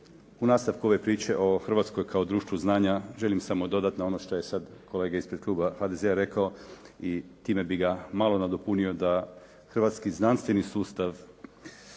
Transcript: u nastavku ove priče o Hrvatskoj kao društvu znanja želim samo dodati na ono što je sada kolega ispred kluba HDZ-a rekao i time bi ga malo nadopunio da hrvatski znanstveni sustav